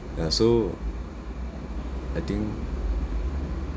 ya so I think